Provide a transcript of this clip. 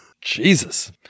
Jesus